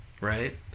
Right